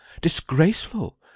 Disgraceful